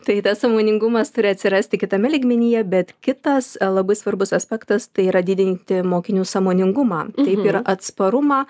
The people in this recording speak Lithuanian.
tai tas sąmoningumas turi atsirasti kitame lygmenyje bet kitas labai svarbus aspektas tai yra didinti mokinių sąmoningumą taip ir atsparumą